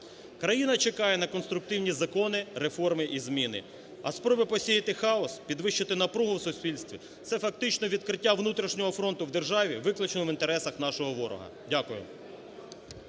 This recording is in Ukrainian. Країна чекає на конструктивні закони, реформи і зміни, а спроби посіяти хаос, підвищити напругу в суспільстві – це фактично відкриття внутрішнього фронту в державі виключно в інтересах нашого ворога. Дякую.